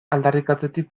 aldarrikatzetik